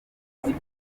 buzima